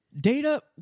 Data